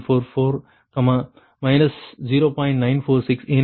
946 ஏனெனில் இது 0